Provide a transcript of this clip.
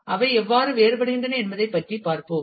அவை எவ்வாறு வேறுபடுகின்றன என்பதைப் பற்றி பார்ப்போம்